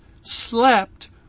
slept